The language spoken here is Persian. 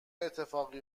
اتفاقی